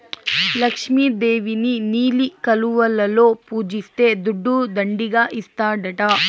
లక్ష్మి దేవిని నీలి కలువలలో పూజిస్తే దుడ్డు దండిగా ఇస్తాడట